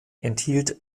enthielt